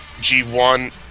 G1